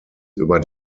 über